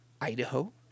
Idaho